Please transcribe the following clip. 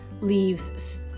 leaves